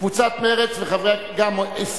קבוצת מרצ, גם הורידו.